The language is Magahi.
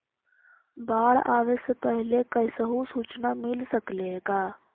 बाढ़ आवे से पहले कैसहु सुचना मिल सकले हे का?